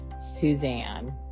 Suzanne